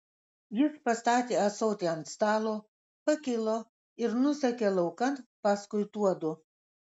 jis pastatė ąsotį ant stalo pakilo ir nusekė laukan paskui tuodu